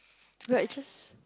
like it just